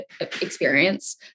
experience